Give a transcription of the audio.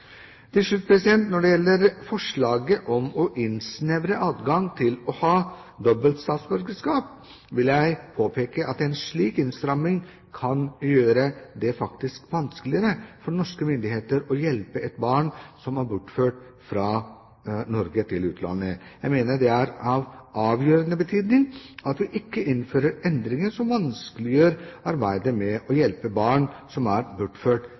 Til slutt: Når det gjelder forslaget om å innsnevre adgangen til å ha dobbelt statsborgerskap, vil jeg påpeke at en slik innstramming kan gjøre det vanskeligere for norske myndigheter å hjelpe et barn som er bortført fra Norge til utlandet. Jeg mener det er av avgjørende betydning at vi ikke innfører endringer som vanskeliggjør arbeidet med å hjelpe barn som er